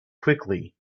quickly